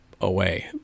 away